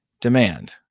demand